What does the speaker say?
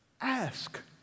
Ask